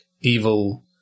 evil –